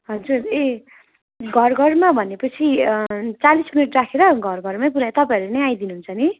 हजुर ए घर घरमा भनेपछि चालिस मिनट राखेर घर घरमै पुराइ तपाईँहरू नै आइदिनु हुन्छ नि